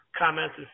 Comments